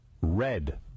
Red